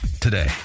today